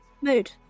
Mood